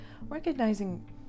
recognizing